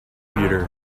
computer